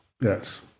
yes